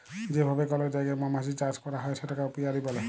যে ভাবে কল জায়গায় মমাছির চাষ ক্যরা হ্যয় সেটাকে অপিয়ারী ব্যলে